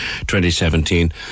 2017